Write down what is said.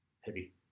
heavy